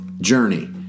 journey